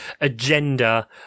agenda